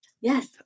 Yes